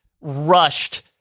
rushed